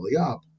up